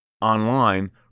Online